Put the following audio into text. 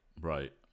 right